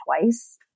twice